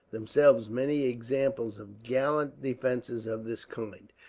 themselves, many examples of gallant defences of this kind.